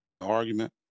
Argument